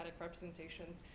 representations